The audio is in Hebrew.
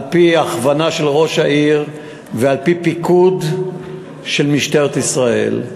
על-פי הכוונה של ראש העיר ובפיקוד של משטרת ישראל.